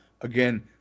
Again